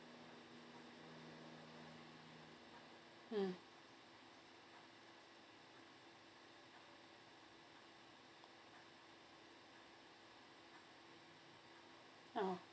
mm oh